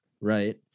right